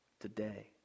today